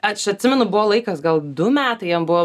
aš atsimenu buvo laikas gal du metai jam buvo